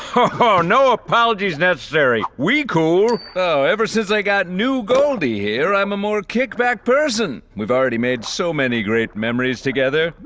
ah no apologies necessary. we cool. so ever since i got new goldie here, i'm a more kick-back person. we've already made so many great memories together.